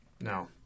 No